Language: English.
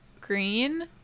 green